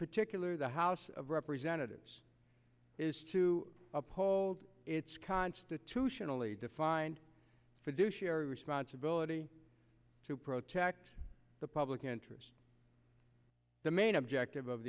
particular the house of representatives is to uphold its constitutionally defined for do share responsibility to protect the public interest the main objective of